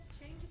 change